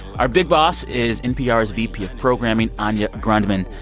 our big boss is npr's vp of programming, anya grundmann.